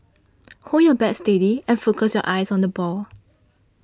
hold your bat steady and focus your eyes on the ball